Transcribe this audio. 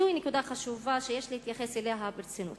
זוהי נקודה חשובה שיש להתייחס אליה ברצינות.